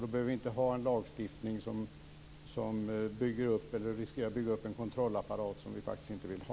Då behöver vi inte ha en lagstiftning som riskerar att bygga upp en kontrollapparat som vi faktiskt inte vill ha.